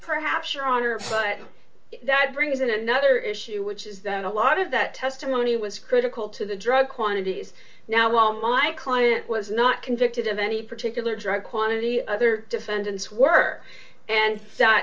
perhaps your honor flight that brings in another issue which is that a lot of that testimony was critical to the drug quantities now while my client was not convicted of any particular drug quantity other defendants were and